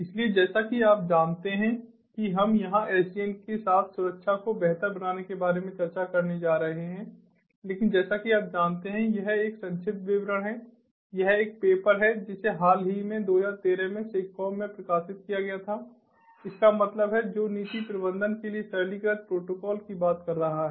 इसलिए जैसा कि आप जानते हैं कि हम यहां SDN के साथ सुरक्षा को बेहतर बनाने के बारे में चर्चा करने जा रहे हैं लेकिन जैसा कि आप जानते हैं कि यह एक संक्षिप्त विवरण है यह एक पेपर है जिसे हाल ही में 2013 में SIGCOMM में प्रकाशित किया गया था इसका मतलब है जो नीति प्रवर्तन के लिए सरलीकृत प्रोटोकॉल की बात कर रहा है